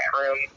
room